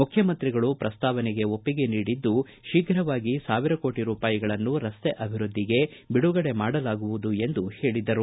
ಮುಖ್ಯಮಂತ್ರಿಗಳು ಪ್ರಸ್ತಾವನೆಗೆ ಒಪ್ಪಿಗೆ ನೀಡಿದ್ದು ಶೀಘವಾಗಿ ಸಾವಿರ ಕೋಟಿ ರುಪಾಯಿಗಳನ್ನು ರಸ್ತೆ ಅಭಿವೃದ್ದಿಗೆ ಬಿಡುಗಡೆ ಮಾಡಲಾಗುವುದು ಎಂದು ಹೇಳಿದರು